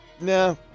Nah